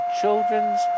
children's